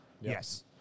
Yes